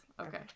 Okay